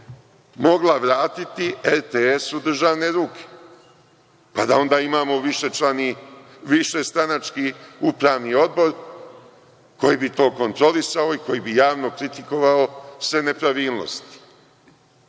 mogla vratiti RTS u državne ruke. Pa, da onda imamo višestranački upravni odbor koji bi to kontrolisao i koji bi javno kritikovao sve nepravilnosti.